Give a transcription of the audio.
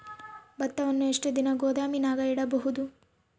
ಭತ್ತವನ್ನು ಎಷ್ಟು ದಿನ ಗೋದಾಮಿನಾಗ ಇಡಬಹುದು?